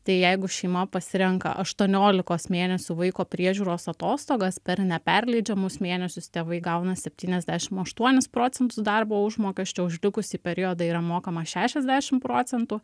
tai jeigu šeima pasirenka aštuoniolikos mėnesių vaiko priežiūros atostogas per neperleidžiamus mėnesius tėvai gauna septyniasdešimt aštuonis procentus darbo užmokesčio už likusį periodą yra mokama šešiasdešimt procentų